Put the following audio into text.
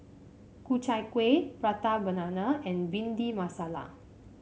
Ku Chai Kueh Prata Banana and Bhindi Masala